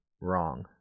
wrong